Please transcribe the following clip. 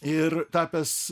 ir tapęs